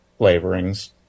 flavorings